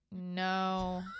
no